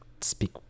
speak